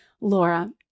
laura